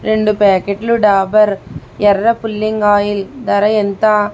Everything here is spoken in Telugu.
రెండు ప్యాకెట్లు డాబర్ ఎర్ర పుల్లింగ్ ఆయిల్ ధర ఎంత